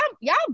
y'all